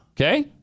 Okay